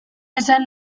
esan